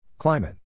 Climate